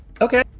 Okay